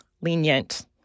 lenient